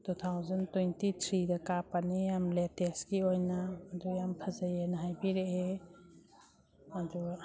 two thousand twenty ꯊ꯭ꯔꯤꯗ ꯀꯥꯞꯄꯅꯦ ꯌꯥꯝ ꯂꯦꯇꯦꯁꯀꯤ ꯑꯣꯏꯅ ꯑꯗꯨ ꯌꯥꯝ ꯐꯖꯩꯑꯅ ꯍꯥꯏꯕꯤꯔꯛꯑꯦ ꯑꯗꯨ